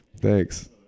Thanks